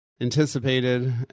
anticipated